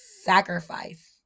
sacrifice